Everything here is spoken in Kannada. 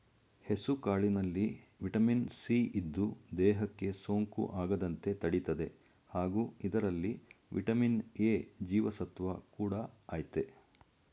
ಹೆಸುಕಾಳಿನಲ್ಲಿ ವಿಟಮಿನ್ ಸಿ ಇದ್ದು, ದೇಹಕ್ಕೆ ಸೋಂಕು ಆಗದಂತೆ ತಡಿತದೆ ಹಾಗೂ ಇದರಲ್ಲಿ ವಿಟಮಿನ್ ಎ ಜೀವಸತ್ವ ಕೂಡ ಆಯ್ತೆ